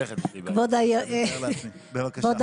בבקשה.